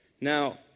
Now